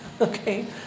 okay